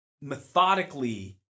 methodically